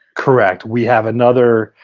correct. we have another.